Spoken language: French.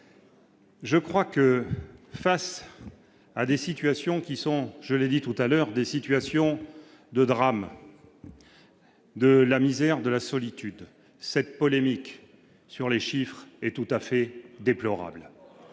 Je crois que, face à des situations qui sont, je l'ai dit tout à l'heure des situations de drame. De la misère, de la solitude, cette polémique sur les chiffres tout à fait déplorable,